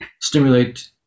stimulate